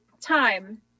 time